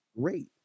great